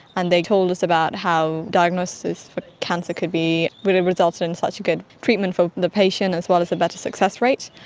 and they told us about how diagnosis for cancer could really result in such a good treatment for the patient as well as a better success rate.